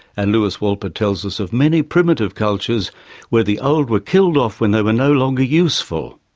and lewis wolpert tells us of many primitive cultures where the old were killed off when they were no longer useful.